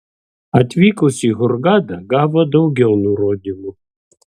atvykus į hurgadą gavo daugiau nurodymų